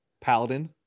paladin